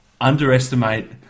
underestimate